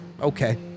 Okay